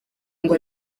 ngo